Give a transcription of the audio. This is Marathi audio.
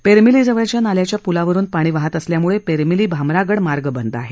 पेरमिलीजवळच्या नाल्याच्या प्लावरुन पाणी वाहत असल्याने पेरमिली भामरागड मार्ग बंद आहे